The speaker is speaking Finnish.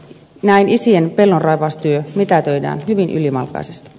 näin isien pellonraivaustyö mitätöidään hyvin ylimalkaisesti